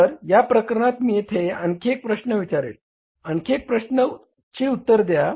तर या प्रकरणात मी येथे आणखी एक प्रश्न विचारेल आणखी एका प्रश्नाचे उत्तर येथे द्या